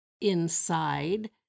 inside